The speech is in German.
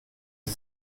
sie